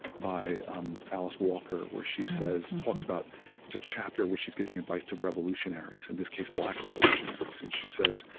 by um alice walker, where she talks about it's a chapter where she's giving advice to revolutionaries, in this case, black revolutionaries, and she says,